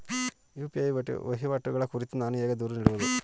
UPI ವಹಿವಾಟುಗಳ ಕುರಿತು ನಾನು ಹೇಗೆ ದೂರು ನೀಡುವುದು?